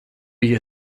you